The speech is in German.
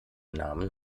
namen